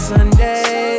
Sunday